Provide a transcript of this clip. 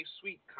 sweet